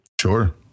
Sure